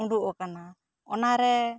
ᱩᱰᱩᱜ ᱟᱠᱟᱱᱟ ᱚᱱᱟᱨᱮ